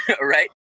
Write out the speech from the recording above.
Right